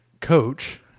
coach